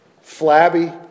flabby